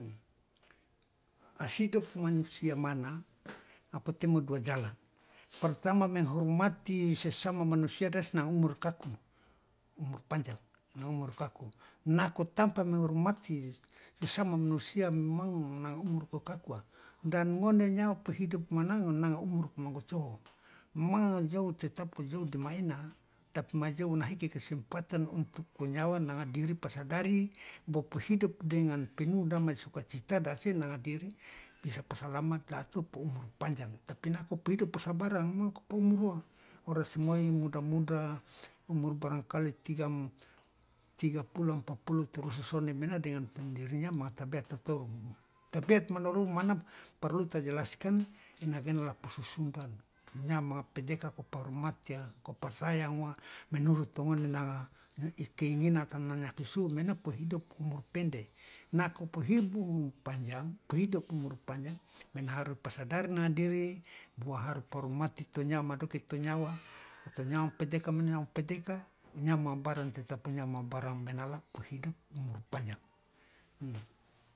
Hidup manusia mana napotemo dua jalan pertama menghormati sesama manusia de asa nangan umur ikaku umur panjang nanga umur ikaku nako tampa menghormati sesama manusia memang nanga umur ikokakuwa dan ngone nyawa po hidup mana nanga umur poma gocoho memang jou tetap ojou dema ena tapi ma jou ona hike kesempatan untuk o nyawa nanga diri pa sadari pohidup dengan penuh damai sukacita de ase nanga diri bisa po salamat laato po umur panjang tapi nako po hidup po sabarang memang kapo umur wa oras moi muda muda umur barangkali tiga puluh empat puluh turus yo sone mena dengan pendirinya manga tabeat ya torou tabeat madorou mana parlu ta jelaskan ena gena la posu sundal nyawa manga pedeka kapohormati wa kaposayang wa menurut tongone nangan ikeinginan atau nanga nafisu maena po hidup umur pende nako po hibu umur panjang po hidup umur panjang mena harus pa sadari nanga diri bahwa pa hormati to nyawa madoke to nyawa to nyawa ma pedeka mena nyawa ma pedeka ma barang tetap nyawa manga barang maenala po hidup umur panjang.